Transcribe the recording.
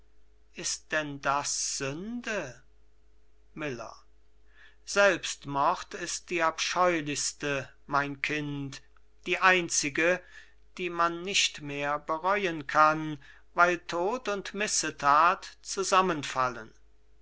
kann ist denn das sünde miller selbstmord ist die abscheulichste mein kind die einzige die man nicht mehr bereuen kann weil tod und missethat zusammenfallen